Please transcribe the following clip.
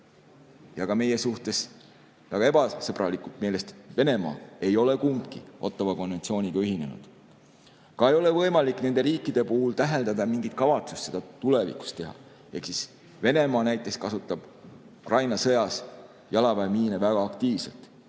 ja meie suhtes väga ebasõbralikult meelestatud Venemaa ei ole kumbki Ottawa konventsiooniga ühinenud. Ka ei ole võimalik nende riikide puhul täheldada mingit kavatsust seda tulevikus teha. Näiteks kasutab Venemaa Ukraina sõjas jalaväemiine väga aktiivselt.